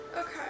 Okay